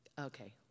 okay